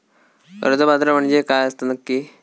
कर्ज पात्र म्हणजे काय असता नक्की?